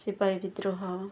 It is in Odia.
ସିପାହୀ ବିଦ୍ରୋହ